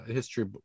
history